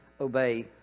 obey